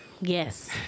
Yes